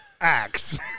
axe